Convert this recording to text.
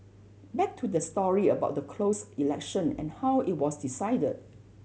back to the story about the closed election and how it was decided